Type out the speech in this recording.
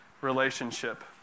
relationship